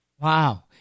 Wow